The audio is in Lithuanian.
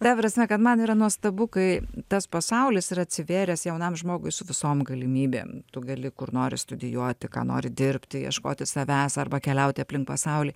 ta prasme kad man yra nuostabu kai tas pasaulis yra atsivėręs jaunam žmogui su visom galimybėm tu gali kur nori studijuoti ką nori dirbti ieškoti savęs arba keliauti aplink pasaulį